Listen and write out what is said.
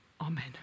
Amen